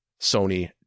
Sony